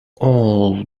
all